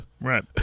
Right